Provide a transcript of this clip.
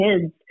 kids